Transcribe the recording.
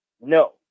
No